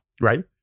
Right